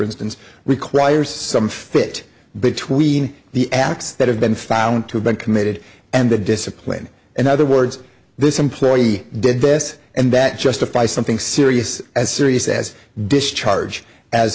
instance requires some fit between the acts that have been found to have been committed and the discipline in other words this employee did this and that justify something serious as serious as discharge as